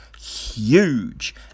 huge